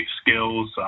skills